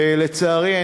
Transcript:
לצערי,